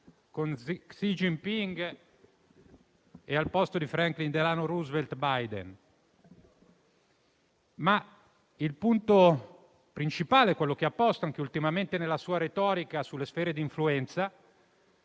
con Xi Jinping e, al posto di Franklin Delano Roosevelt, Biden. Ma il punto principale, quello che ha posto anche ultimamente nella sua retorica sulle sfere di influenza,